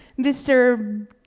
Mr